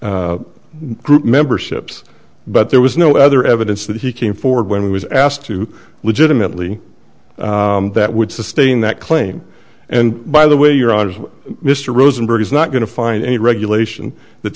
group memberships but there was no other evidence that he came forward when he was asked to legitimately that would sustain that claim and by the way your out of mr rosenberg is not going to find any regulation that